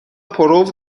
پرو